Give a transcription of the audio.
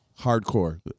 Hardcore